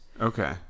Okay